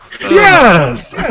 Yes